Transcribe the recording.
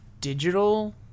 digital